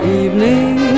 evening